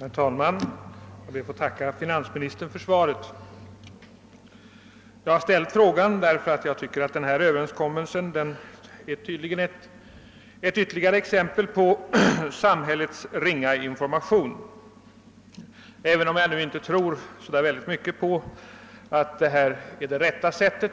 Herr talman! Jag ber att få tacka finansministern för svaret. Jag har ställt frågan därför att jag tycker denna överenskommelse är ett ytterligare exempel på samhällets ringa information. Även om jag nu inte tror så väldigt mycket på att en 18-årsgräns är det rätta sättet